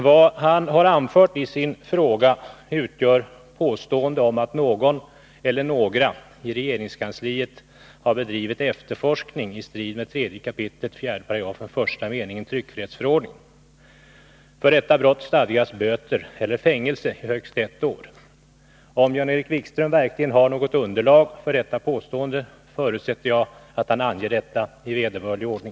Vad Jan-Erik Wikström har anfört i sin fråga utgör påstående om att någon eller några i regeringskansliet har bedrivit efterforskning i strid med 3 kap. 4§ första meningen tryckfrihetsförordningen, för vilket brott stadgas böter eller fängelse i högst ett år. Om Jan-Erik Wikström verkligen har något underlag för detta påstående, förutsätter jag att han anger detta i vederbörlig ordning.